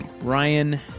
Ryan